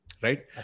Right